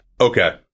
Okay